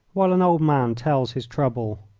while an old man tells his trouble.